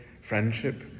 friendship